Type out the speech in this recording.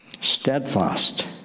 Steadfast